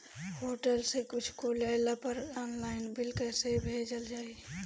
Hotel से कुच्छो लेला पर आनलाइन बिल कैसे भेजल जाइ?